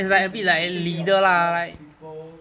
because you need to take care of a lot of people